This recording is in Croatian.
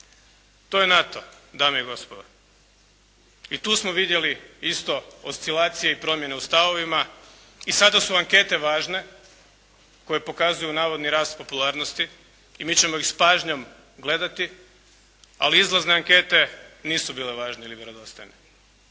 To je NATO dame i gospodo. I tu smo vidjeli isto oscilacije i promjene u stavovima. I zato su ankete važne koje pokazuju navodni rast popularnosti i mi ćemo ih s pažnjom gledati, ali izlazne ankete nisu bile važne ili vjerodostojne.